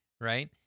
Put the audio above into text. right